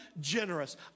generous